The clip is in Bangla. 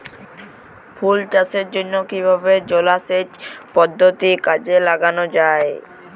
ফুল চাষের জন্য কিভাবে জলাসেচ পদ্ধতি কাজে লাগানো যাই?